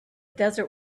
desert